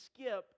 skip